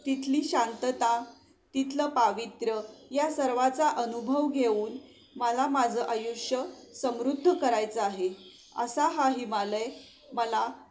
तिथली शांतता तिथलं पावित्र्य या सर्वाचा अनुभव घेऊन मला माझे आयुष्य समृद्ध करायचं आहे असा हा हिमालय मला